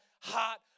hot